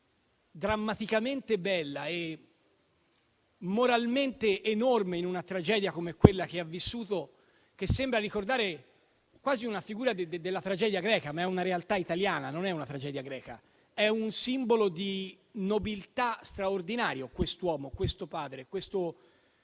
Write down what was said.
drammaticamente bella e moralmente enorme in una tragedia come quella che ha vissuto, che sembra ricordare quasi una figura della tragedia greca, ma è una realtà italiana e non una tragedia greca. È un simbolo di nobiltà straordinario quest'uomo, questo padre, questa